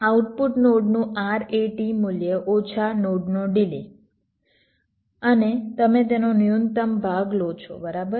output નોડનું RAT મૂલ્ય ઓછા નોડનો ડિલે અને તમે તેનો ન્યૂનતમ ભાગ લો છો બરાબર